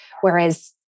Whereas